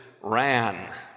ran